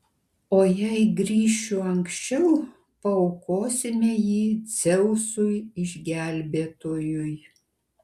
o jei grįšiu anksčiau paaukosime jį dzeusui išgelbėtojui